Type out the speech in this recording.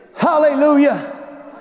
hallelujah